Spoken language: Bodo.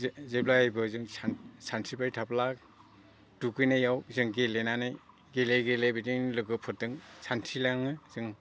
जेब्लायबो जों सानस्रिबाय थाब्ला दुगैनायाव जों गेलेनानै गेले गेले बिदिनो लोगोफोरजों सानस्रिलांनो जों